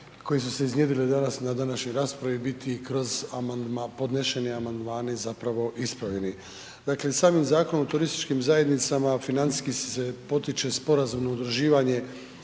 koje su se iznjedrile danas na današnjoj raspravi, biti kroz, podnošeni amandmani zapravo ispravljeni. Dakle, samim Zakonom o turističkim zajednicama financijski se potiče sporazumno udruživanje